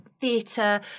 theatre